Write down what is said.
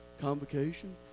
Convocation